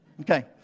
Okay